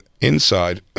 inside